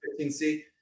15C